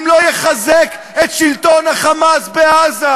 אם לא יחזק את שלטון ה"חמאס" בעזה?